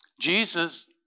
Jesus